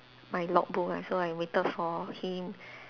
my logbook ah so I waited for him